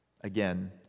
again